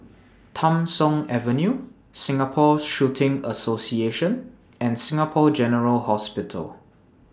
Tham Soong Avenue Singapore Shooting Association and Singapore General Hospital